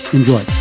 Enjoy